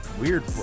weird